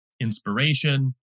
inspiration